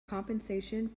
compensation